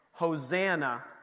Hosanna